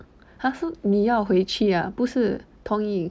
他说你要回去呀不是同意